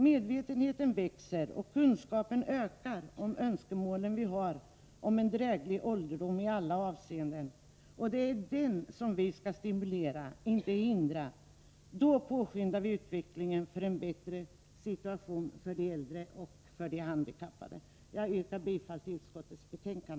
Medvetenheten växer och kunskapen ökar om de önskemål vi har om en i alla avseenden dräglig ålderdom. Det är denna vi skall stimulera — inte hindra — för då påskyndar vi utvecklingen för en bättre situation för äldre och handikappade. Jag yrkar bifall till utskottets hemställan.